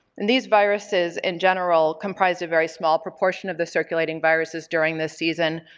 and these viruses in general comprise a very small proportion of the circulating viruses during this season,